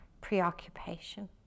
preoccupation